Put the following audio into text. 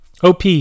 OP